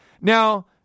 Now